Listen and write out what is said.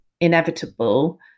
inevitable